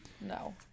No